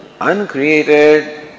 uncreated